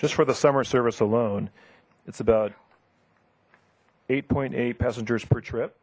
just for the summer service alone it's about eight point eight passengers per trip